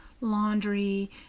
laundry